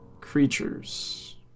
creatures